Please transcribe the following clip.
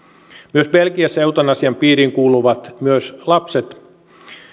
myös belgiassa eutanasian piiriin kuuluvat myös lapset